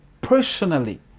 personally